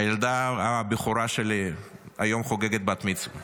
הילדה הבכורה שלי חוגגת היום בת מצווה.